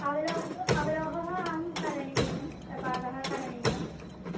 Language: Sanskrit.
अवलेहः अवलेहः अहं करणीयं पाकं करणीयम्